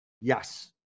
Yes